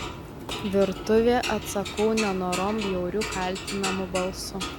virtuvė atsakau nenorom bjauriu kaltinamu balsu